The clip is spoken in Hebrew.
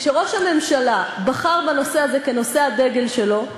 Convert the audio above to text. כשראש הממשלה בחר בנושא הזה כנושא הדגל שלו,